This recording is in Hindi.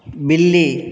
बिल्ली